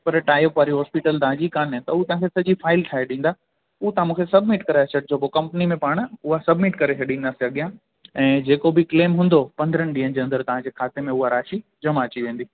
पर टाइअप वारी हॉस्पिटल तव्हां जी कान्हे त उहा तव्हां खे सॼी फाइल ठाहे ॾींदा ऐं तव्हां मूंखे सबमिट कराए छॾिजो पोइ कंपनी में पाण उहा सबमिट करे छ्ॾींदा अॻियां ऐं जेको बि क्लेम हूंदो पंद्रहंनि ॾींहंनि जे अंदरि तव्हांजे खाते में उहा राशि जमा अची वेंदी